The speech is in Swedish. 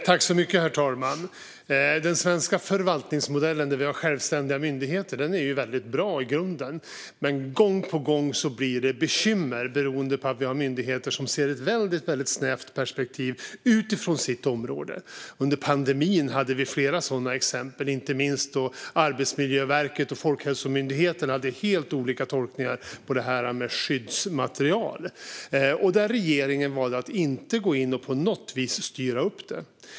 Herr talman! Den svenska förvaltningsmodellen med självständiga myndigheter är i grunden bra, men gång på gång blir det bekymmer beroende på att vissa myndigheter har ett väldigt snävt perspektiv utifrån sitt område. Under pandemin fanns flera sådana exempel, inte minst Arbetsmiljöverket och Folkhälsomyndigheten som gjorde helt olika tolkningar av vad skyddsmaterial är. Den dåvarande regeringen valde att inte gå in och på något vis styra upp det.